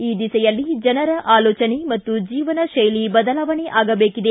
ಈ ದಿಸೆಯಲ್ಲಿ ಜನರ ಆಲೋಚನೆ ಮತ್ತು ಜೀವನ ಕೈಲಿ ಬದಲಾವಣೆ ಆಗಬೇಕಿದೆ